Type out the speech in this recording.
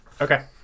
Okay